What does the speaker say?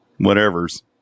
whatevers